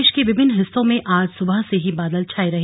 प्रदेश के विभिन्न हिस्सों में आज सुबह से ही बादल छाये रहे